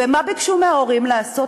ומה ביקשו מההורים לעשות?